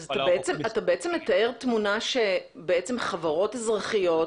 אתה מתאר תמונה שבעצם חברות אזרחיות,